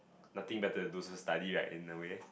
nothing better to do so study right in the way